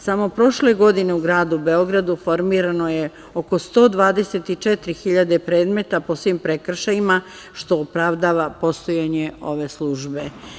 Samo prošle godine u gradu Beogradu formirano je oko 124 hiljade predmeta po svim prekršajima, što opravdava postojanje ove službe.